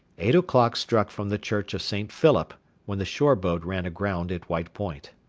eight o'clock struck from the church of st. philip when the shore-boat ran aground at white point.